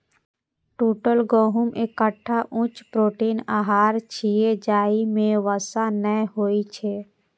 टूटल गहूम एकटा उच्च प्रोटीन आहार छियै, जाहि मे वसा नै होइ छै